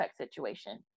situation